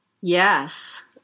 Yes